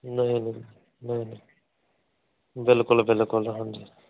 ਨਹੀਂ ਨਹੀਂ ਨਹੀਂ ਨਹੀਂ ਬਿਲਕੁਲ ਬਿਲਕੁਲ ਹਾਂਜੀ